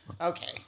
Okay